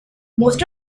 most